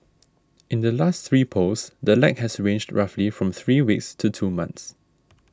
in the last three polls the lag has ranged roughly from three weeks to two months